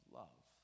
love